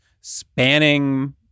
spanning